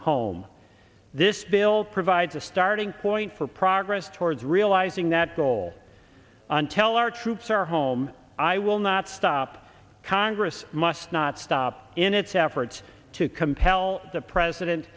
home this bill provides a starting point for progress towards realizing that goal on tell our troops or home i will not stop congress must not stop in its efforts to compel the president